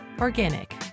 Organic